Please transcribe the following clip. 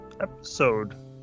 episode